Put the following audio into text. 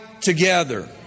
together